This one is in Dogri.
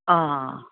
हां